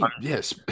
Yes